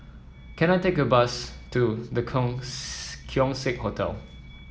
can I take a bus to The Keong Saik Hotel